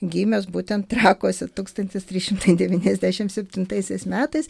gimęs būtent trakuose tūkstantis trys šimtai devyniasdešimt septintaisiais metais